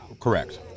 Correct